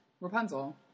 Rapunzel